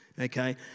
okay